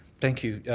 thank you.